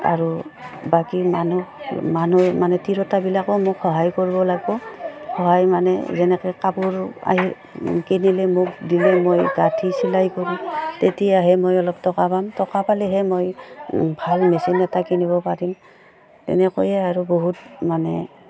আৰু বাকী মানুহ মানুহ মানে তিৰোতাবিলাকো মোক সহায় কৰিব লাগিব সহায় মানে যেনেকে কাপোৰ আহি কিনিলে মোক দিলে মই গাঁঠি চিলাই কৰিম তেতিয়াহে মই অলপ টকা পাম টকা পালেহে মই ভাল মেচিন এটা কিনিব পাৰিম তেনেকৈয়ে আৰু বহুত মানে